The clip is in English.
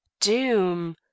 doom